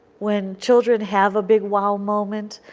when children have a big wow moment,